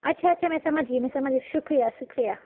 اچّھا اچّھا میں سمجھی میں سمجھ شکریہ سکریہ